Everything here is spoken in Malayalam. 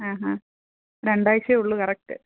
ആ ഹാ രണ്ട് ആഴ്ച്ചേയേ ഉള്ളൂ കറക്റ്റ്